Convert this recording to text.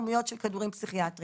כמויות של כדורים פסיכיאטריים.